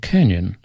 Canyon